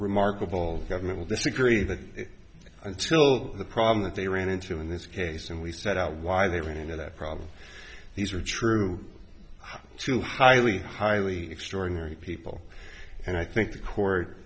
remarkable governmental disagree that until the problem that they ran into in this case and we set out why they ran into that problem these are true two highly highly extraordinary people and i think the